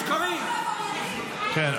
לשקרים שלך,